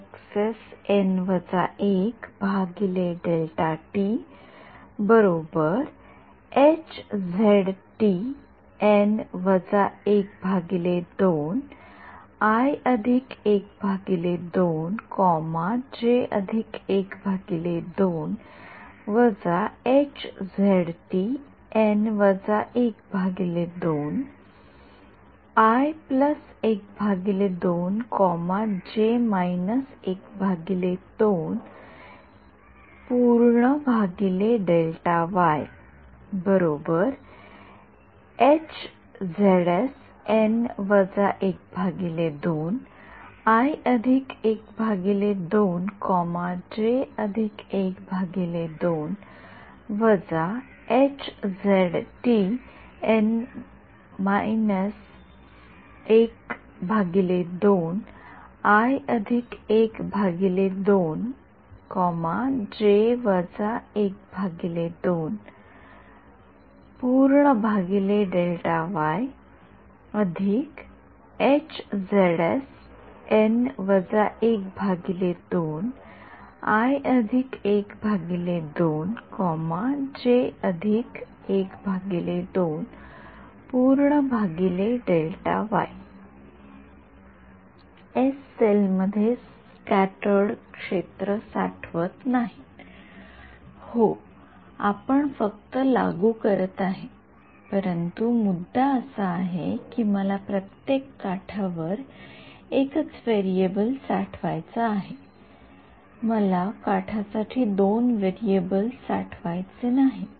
S cell मध्ये scattered क्षेत्र साठवत नाहीत हो आपण फक्त लागू करत आहे परंतु मुद्दा असा आहे की मला प्रत्येक काठावर एकच व्हेरिएबल साठवायचा आहे मला काठासाठी दोन व्हेरिएबल्स साठवायचे नाहीत